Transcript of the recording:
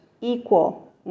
equal